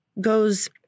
goes